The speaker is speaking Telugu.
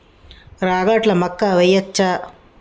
రాగట్ల మక్కా వెయ్యచ్చా?